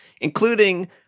including